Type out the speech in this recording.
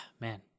man